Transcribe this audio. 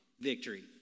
victory